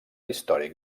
històric